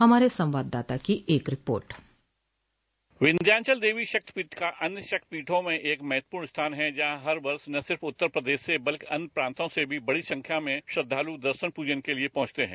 हमारे संवाददाता की एक रिपोर्ट विंध्याचल देवी शक्तिपीठ का अन्य शक्तिपीठों में एक महत्वपूर्ण स्थान है जहां हर वर्ष न सिर्फ उत्तर प्रदेश से बल्कि अन्य प्रांतों से भी बड़ी संख्या में श्रद्वाल दर्शन प्रजन के लिए पहुंचते हैं